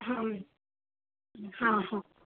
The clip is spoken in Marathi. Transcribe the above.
हां हां हां